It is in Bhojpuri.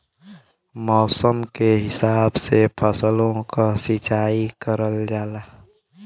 मौसम के हिसाब से फसलो क सिंचाई करल जाला